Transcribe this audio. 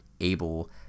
able